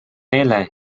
neile